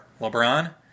LeBron